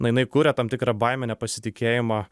na jinai kuria tam tikrą baimę nepasitikėjimą